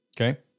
Okay